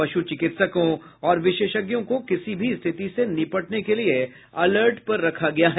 पश् चिकित्सकों और विशेषज्ञों को किसी भी स्थिति से निपटने के लिये अलर्ट पर रखा गया है